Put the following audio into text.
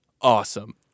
awesome